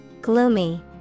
Gloomy